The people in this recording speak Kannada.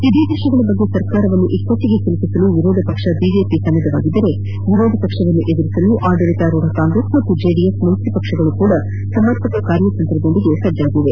ಇದೇ ವಿಷಯಗಳ ಬಗ್ಗೆ ಸರ್ಕಾರವನ್ನು ಇಕ್ಕಟ್ಟಿಗೆ ಸಿಲುಕಿಸಲು ವಿರೋಧ ಪಕ್ಷ ಬಿಜೆಪಿ ಸನ್ನದ್ದವಾಗಿದ್ದರೆ ವಿರೋಧ ಪಕ್ಷವನ್ನು ಎದುರಿಸಲು ಆಡಳಿತಾ ರೂಡ ಕಾಂಗೈಸ್ ಮತ್ತು ಜೆಡಿಎಸ್ ಮೈತ್ರಿ ಪಕ್ಷಗಳೂ ಸಹ ಸಮರ್ಪಕ ಕಾರ್ಯತಂತ್ರದೊಂದಿಗೆ ಸಜ್ಣಾಗಿವೆ